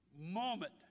moment